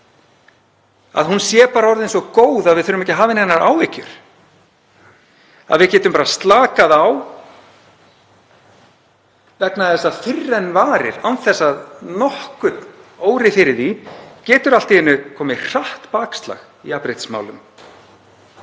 að hún væri bara orðin svo góð að við þyrftum ekki að hafa neinar áhyggjur, að við gætum slakað á. Vegna þess að fyrr en varir, án þess að nokkurn óri fyrir því, getur allt í einu komið hratt bakslag í jafnréttismálin